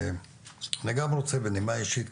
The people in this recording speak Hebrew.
ואני גם רוצה ככה בנימה אישית,